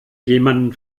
jemanden